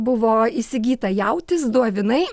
buvo įsigyta jautis du avinai